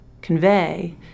convey